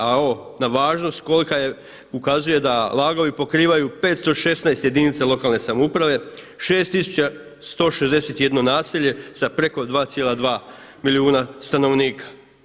A ovo na važnost kolika je ukazuje da LAG-ovi pokrivaju 516 jedinica lokalne samouprave, 6161 naselje sa preko 2,2 milijuna stanovnika.